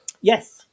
Yes